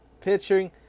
pitching